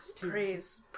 praise